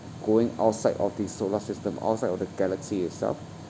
going outside of the solar system outside of the galaxy itself